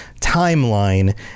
timeline